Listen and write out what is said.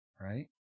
right